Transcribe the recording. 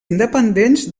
independents